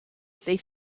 they